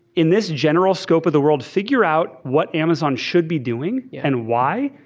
in this general scope of the world, figure out what amazon should be doing and why.